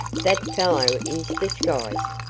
that fellow is disguised,